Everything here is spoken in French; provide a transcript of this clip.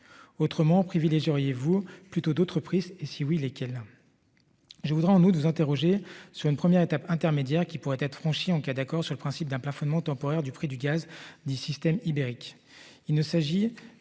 Autrement privilégiant auriez-vous plutôt d'autres prises et si oui lesquelles. Je voudrais en août vous interroger sur une première étape intermédiaire qui pourrait être franchie en cas d'accord sur le principe d'un plafonnement temporaire du prix du gaz du système ibérique.